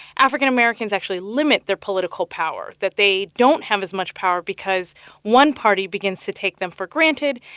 african americans actually limit their political power that they don't have as much power because one party begins to take them for granted.